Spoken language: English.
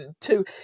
two